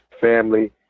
family